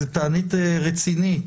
זו תענית רצינית,